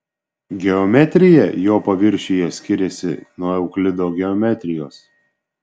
geometrija jo paviršiuje skiriasi nuo euklido geometrijos